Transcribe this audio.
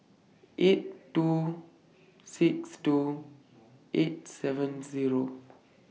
eight two six two eight seven Zero